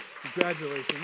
Congratulations